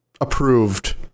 approved